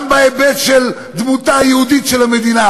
גם בהיבט של דמותה היהודית של המדינה,